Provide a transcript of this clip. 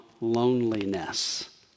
loneliness